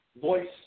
voice